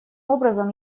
образом